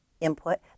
input